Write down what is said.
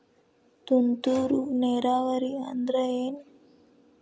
ತುಂತುರು ನೇರಾವರಿ ಅಂದ್ರ ಏನ್?